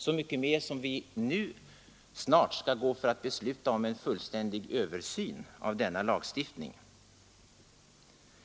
Så mycket mer kan man fråga sig detta som vi nu snart skall gå att besluta om en fullständig översyn av denna lagstiftning.